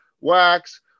wax